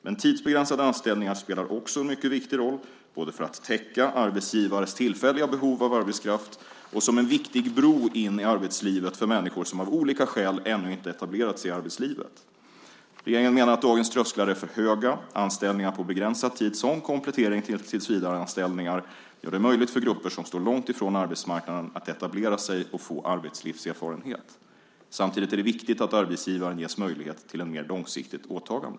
Men tidsbegränsade anställningar spelar också en mycket viktig roll, både för att täcka arbetsgivares tillfälliga behov av arbetskraft och som en viktig bro in i arbetslivet för människor som av olika skäl ännu inte etablerat sig i arbetslivet. Regeringen menar att dagens trösklar är för höga. Anställningar på begränsad tid, som komplettering till tillsvidareanställningar, gör det möjligt för grupper som står långt ifrån arbetsmarknaden att etablera sig och få arbetslivserfarenhet. Samtidigt är det viktigt att arbetsgivaren ges möjlighet till ett mer långsiktigt åtagande.